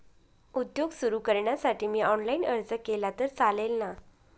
उद्योग सुरु करण्यासाठी मी ऑनलाईन अर्ज केला तर चालेल ना?